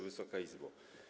Wysoka Izbo!